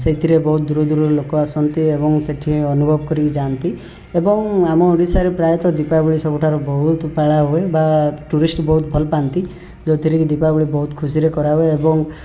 ସେଥିରେ ବହୁତ ଦୂର ଦୂର ରୁ ଲୋକ ଆସନ୍ତି ଏବଂ ସେଠି ଅନୁଭବ କରିକି ଯାଅନ୍ତି ଏବଂ ଆମ ଓଡ଼ିଶାରେ ପ୍ରାୟତଃ ଦୀପାବଳି ସବୁଠାରୁ ବହୁତ ପାଳା ହୁଏ ବା ଟୁରିସ୍ଟ ବହୁତ ଭଲ ପାଆନ୍ତି ଯେଉଁଥିରେ କି ଦିପାବଳୀ ବହୁତ ଖୁସିରେ କରାହୁଏ ଏବଂ